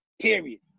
period